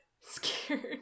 Scared